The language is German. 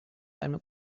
einem